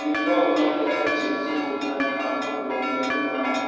Bingo ഉരുളക്കിഴങ്ങ് chips ഉത്പന്നം അറുന്നൂറ് രൂപയ്ക്ക് ലഭ്യമാണോ